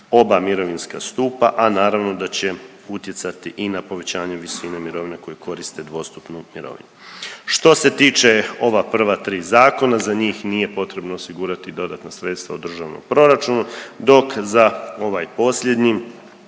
oba mirovinska stupa, a naravno da će utjecati i na povećanje visine mirovine koji koriste dvostupnu mirovinu. Što se tiče ova prva 3 zakona za njih nije potrebno osigurati dodatna sredstva u Državnom proračunu dok za ovaj posljednji